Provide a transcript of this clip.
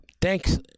thanks